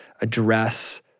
address